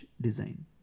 design